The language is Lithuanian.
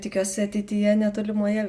tikiuosi ateityje netolimoje